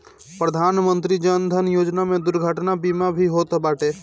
प्रधानमंत्री जन धन योजना में दुर्घटना बीमा भी होत बाटे